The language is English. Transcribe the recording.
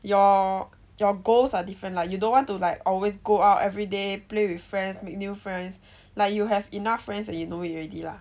your your goals are different lah you don't want to like always go out everyday play with friends make new friends like you have enough friends that you it already lah